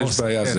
תודה,